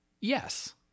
Yes